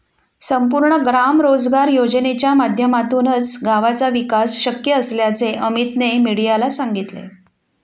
संपूर्ण ग्राम रोजगार योजनेच्या माध्यमातूनच गावाचा विकास शक्य असल्याचे अमीतने मीडियाला सांगितले